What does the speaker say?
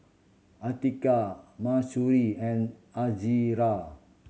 Atiqah Mahsuri and Izara